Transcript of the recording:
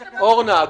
אורנה,